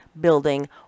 building